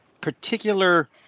particular